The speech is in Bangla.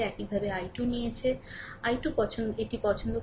এইভাবে i2 নিয়েছে i2 এটি পছন্দ করে